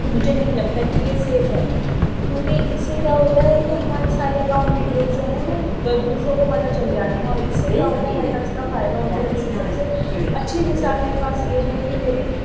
مجھے نہیں لگتا کہ یہ سیف ہے کیونکہ اس سے کیا ہوتا ہے کہ ہماری ساری اکاؤنٹ ڈیٹیلس جو ہے دوسروں کو پتہ چل جاتی ہیں اور اس سے کیا ہوتا ہے ہیکرس کا فائدہ ہوتا ہے جس کی سب سے اچھی مثال میرے پاس یہ ہے کہ میری